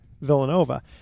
Villanova